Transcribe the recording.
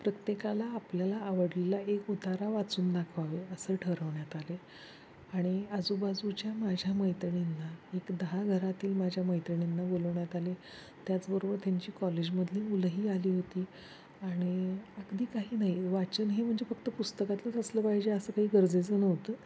प्रत्येकाला आपल्याला आवडलेला एक उतारा वाचून दाखवावे असं ठरवण्यात आले आणि आजूबाजूच्या माझ्या मैत्रिणींना एक दहा घरातील माझ्या मैत्रिणींना बोलवण्यात आले त्याचबरोबर त्यांची कॉलेजमधली मुलंही आली होती आणि अगदी काही नाही वाचन हे म्हणजे फक्त पुस्तकातलंच असलं पाहिजे असं काही गरजेचं नव्हतं